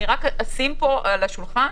אשים על השולחן,